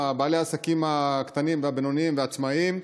בעלי העסקים הקטנים והבינוניים והעצמאים.